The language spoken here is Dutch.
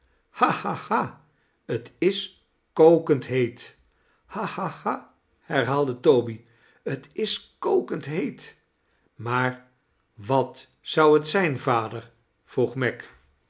t is kokend heet ha ha ha herhaalde toby t is kokend heet maar wat zou het zijn vader vroeg meg